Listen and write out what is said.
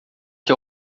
que